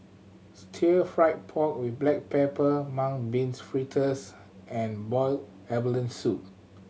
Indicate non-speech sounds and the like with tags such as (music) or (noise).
(unintelligible) fry pork with black pepper mung beans fritters and boiled abalone soup